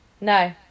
no